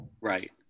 Right